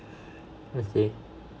okay